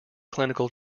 clinical